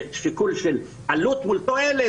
השיקול הוא שיקול של עלות מול תועלת,